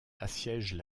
assiègent